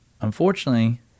unfortunately—